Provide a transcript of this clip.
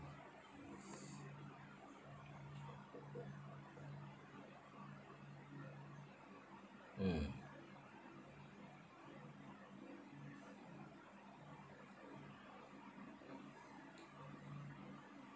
mm